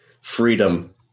Freedom